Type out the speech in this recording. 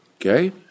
Okay